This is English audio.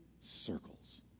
circles